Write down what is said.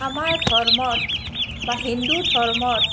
আমাৰ ধৰ্মত বা হিন্দু ধৰ্মত